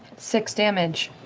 six damage.